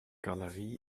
galerie